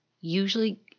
Usually